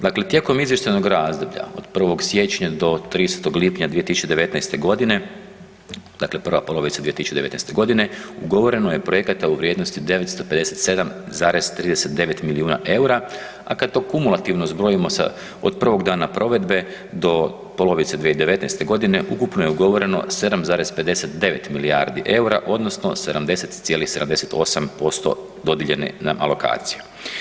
Dakle, tijekom izvještajnog razdoblja od 1. siječnja do 30. lipnja 2019. godine, dakle prva polovica 2019. godine ugovoreno je projekata u vrijednosti 957,39 milijuna EUR-a, a kad to kumulativno zbrojimo sa od prvog dana provedbe do polovice 2019. godine ukupno je ugovoreno 7,59 milijardi EUR-a odnosno 70,78% dodijeljene nam alokacije.